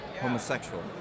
homosexual